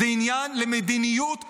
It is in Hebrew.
זה עניין למדיניות ציבורית.